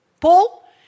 Paul